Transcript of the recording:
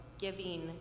giving